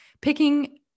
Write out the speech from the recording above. picking